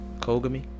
Kogami